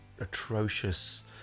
atrocious